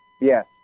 Yes